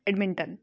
Edmonton